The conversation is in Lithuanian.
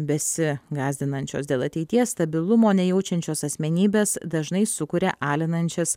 besigąsdinančios dėl ateities stabilumo nejaučiančios asmenybės dažnai sukuria alinančias